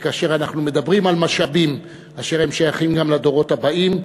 וכאשר אנחנו מדברים על משאבים אשר שייכים גם לדורות הבאים,